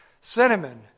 cinnamon